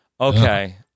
Okay